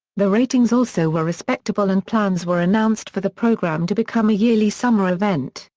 the ratings also were respectable and plans were announced for the program to become a yearly summer event,